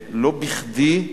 לא בכדי,